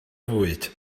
fwyd